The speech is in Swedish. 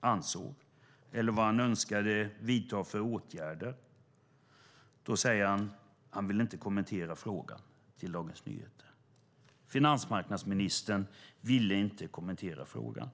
ansåg eller önskade vidta för åtgärder sade han till Dagens Nyheter att han inte ville kommentera frågan. Finansmarknadsministern ville inte kommentera frågan.